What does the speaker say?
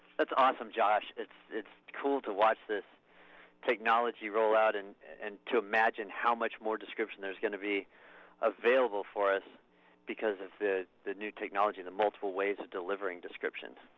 awesome, josh. it's it's cool to watch this technology roll out and and to imagine how much more description there's going to be available for us because of the the new technology, the multiple ways of delivering descriptions.